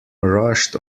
rushed